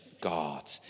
God